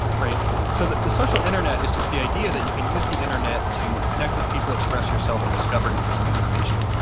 so the the social internet is just the idea that you can use the internet to connect with people, express yourself, and discover interesting information.